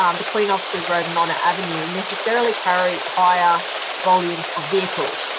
um between oxley road and honour avenue necessarily carry higher volumes of vehicles.